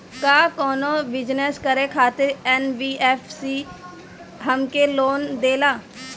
का कौनो बिजनस करे खातिर एन.बी.एफ.सी हमके लोन देला?